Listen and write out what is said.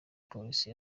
polisi